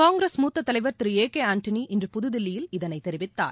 காங்கிரஸ் மூத்ததலைவர் திரு ஏ கேஆண்டனி இன்று புதுதில்லியில் இதனைதெரிவித்தார்